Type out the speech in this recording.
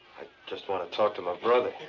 just want to talk to my brother.